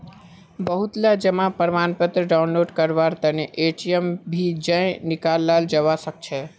बहुतला जमा प्रमाणपत्र डाउनलोड करवार तने एटीएमत भी जयं निकलाल जवा सकछे